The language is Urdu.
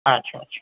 اچھا اچھا